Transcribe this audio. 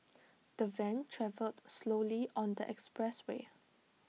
the van travelled slowly on the expressway